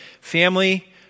family